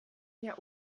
der